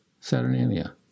Saturnalia